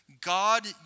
God